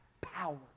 power